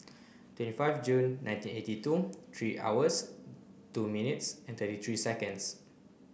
twenty five Jun nineteen eighty two three hours two minutes and thirty three seconds